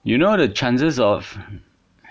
you know the chances of